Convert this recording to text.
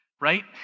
right